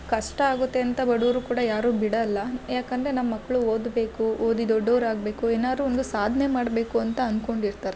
ಕಷ್ಟ ಆಗುತ್ತೆ ಅಂತ ಬಡವರು ಕೂಡ ಯಾರು ಬಿಡಲ್ಲ ಯಾಕೆಂದರೆ ನಮ್ಮ ಮಕ್ಕಳು ಓದಬೇಕು ಓದಿ ದೊಡ್ಡವ್ರು ಆಗಬೇಕು ಏನಾದರು ಒಂದು ಸಾಧ್ನೆ ಮಾಡಬೇಕು ಅಂತ ಅನ್ಕೊಂಡು ಇರ್ತಾರೆ